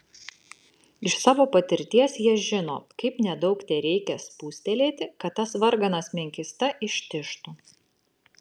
iš savo patirties jie žino kaip nedaug tereikia spustelėti kad tas varganas menkysta ištižtų